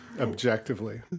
objectively